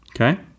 Okay